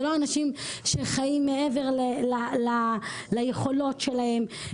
זה לא אנשים שחיים מעבר ליכולות שלהם.